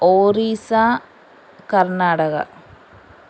Orissa Karnataka